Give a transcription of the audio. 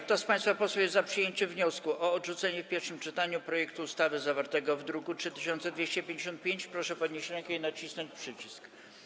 Kto z państwa posłów jest za przyjęciem wniosku o odrzucenie w pierwszym czytaniu projektu ustawy zawartego w druku nr 3255, proszę podnieść rękę i nacisnąć przycisk.